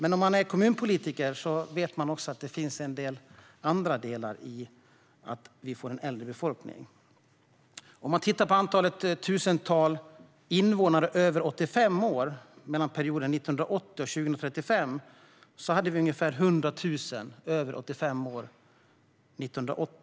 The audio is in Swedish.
Är man kommunpolitiker vet man dock också att det medför en del annat om befolkningen blir äldre. Låt oss se på antalet tusental invånare över 85 år mellan perioden 1980 och 2035. År 1980 hade vi ungefär 100 000 som var över 85 år.